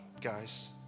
guys